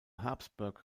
habsburg